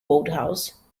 wodehouse